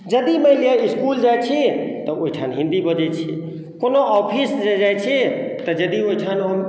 यदि मानि लिअ इसकुल जाइ छी तब ओहिठाम हिन्दी बजै छी कोनो ऑफिस जे जाइ छी तऽ यदि ओहिठाम हम